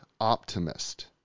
optimist